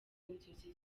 inzozi